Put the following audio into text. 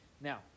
Now